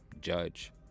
judge